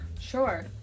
Sure